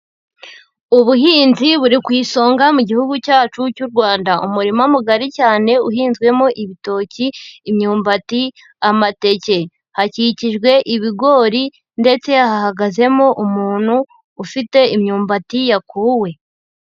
Ubuhinzi buri ku isonga mu gihugu cyacu cy'u Rwanda. Umurima mugari cyane uhinzwemo ibitoki, imyumbati, amateke. Hakikijwe ibigori ndetse yahagazemo umuntu ufite imyumbati yakuwe.